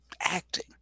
acting